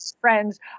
friends